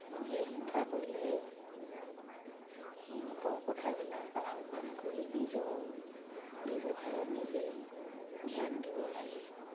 মানুহে হিংসা কৰিলে সিহঁতৰ কথাবিলাক আওকাণ কৰি নিজৰ ব্যৱসায়ত নিজেই ধ্যান দিব লাগে